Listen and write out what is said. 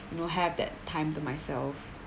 you know have that time to myself